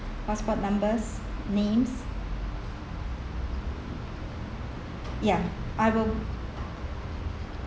passport numbers names ya I will